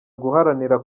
guharanira